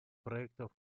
проектов